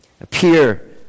Appear